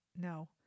No